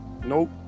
Nope